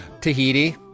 Tahiti